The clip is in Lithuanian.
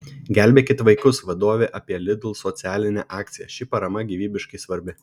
gelbėkit vaikus vadovė apie lidl socialinę akciją ši parama gyvybiškai svarbi